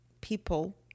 people